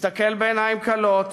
מסתכל בעיניים כלות,